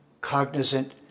cognizant